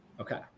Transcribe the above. Okay